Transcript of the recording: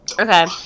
Okay